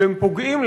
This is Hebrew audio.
שפוגעים,